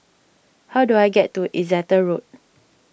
how do I get to Exeter Road